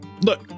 Look